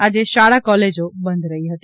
આજે શાળા કોલેજો બંધ રહી હતી